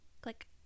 Click